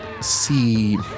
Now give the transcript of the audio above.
see